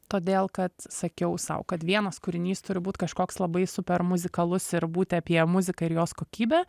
todėl kad sakiau sau kad vienas kūrinys turi būt kažkoks labai super muzikalus ir būti apie muziką ir jos kokybę